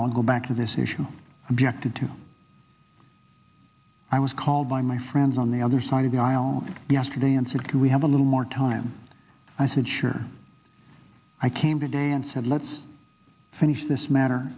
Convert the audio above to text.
don't go back to this issue objected to one i was called by my friends on the other side of the aisle yesterday and said can we have a little more time i said sure i came today and said let's finish this matter